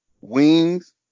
wings